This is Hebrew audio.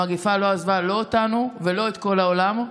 המגפה לא עזבה, לא אותנו ולא את כל העולם.